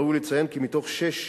ראוי לציין כי מתוך שש